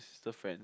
the friends